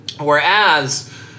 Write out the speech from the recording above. Whereas